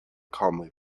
calmly